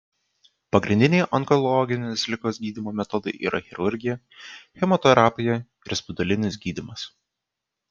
pagrindiniai onkologinės ligos gydymo metodai yra chirurgija chemoterapija ar spindulinis gydymas